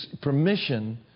permission